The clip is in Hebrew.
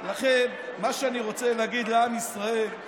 לכן, מה שאני רוצה להגיד לעם ישראל זה